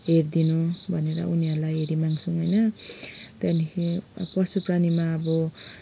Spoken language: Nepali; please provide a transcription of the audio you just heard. हेरिदिनु भनेर उनीहरूलाई हेरी माग्छौँ होइन त्यहाँदेखि पशु प्राणीमा अब